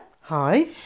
Hi